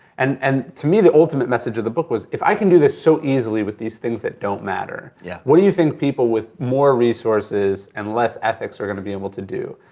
and and to me, the ultimate message of the book was if i can do this so easily with these things that don't matter, yeah what do you think people with more resources and less ethics are going to be able to do?